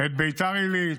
ביתר עילית,